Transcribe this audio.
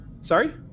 sorry